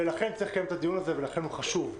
ולכן צריך לקיים את הדיון הזה ולכן הוא חשוב.